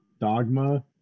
Dogma